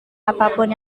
apapun